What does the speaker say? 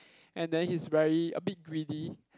and then he's very a bit greedy